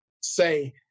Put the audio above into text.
say